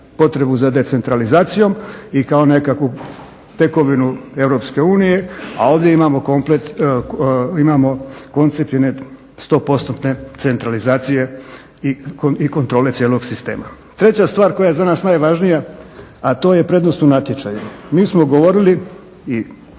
potrebu za decentralizacijom i kao nekakvu tekovinu EU, a ovdje imamo koncept jedne 100-postotne centralizacije i kontrole cijelog sistema. Treća stvar koja je za nas najvažnija, a to je prednost u natječaju. Mi smo govorili i